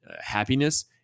happiness